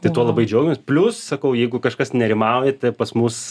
tai tuo labai džiaugiamės plius sakau jeigu kažkas nerimauja tai pas mus